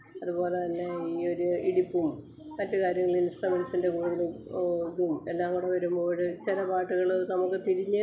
അതുപോലെ തന്നെ ഈ ഒര് ഇടിപ്പും മറ്റു കാര്യങ്ങളില് ഇൻസ്രുമൻസിന്റെ കൂവലും ഇതും എല്ലാം കൂടെ വരുമ്പോൾ ഒരു ചില പാട്ടുകള് നമുക്ക് തിരിഞ്ഞ്